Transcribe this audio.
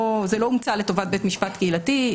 זה לא הומצא לטובת בית משפט קהילתי.